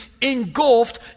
engulfed